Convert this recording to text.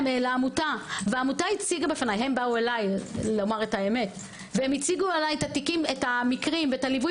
לעמותה והציגה בפניי הם באו אליי את המקרים ואת ליווי